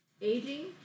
Aging